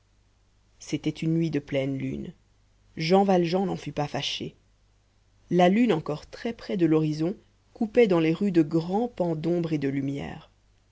c'était une nuit de pleine lune jean valjean n'en fut pas fâché la lune encore très près de l'horizon coupait dans les rues de grands pans d'ombre et de lumière